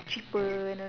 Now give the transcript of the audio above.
it's cheaper and all